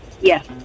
Yes